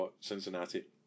Cincinnati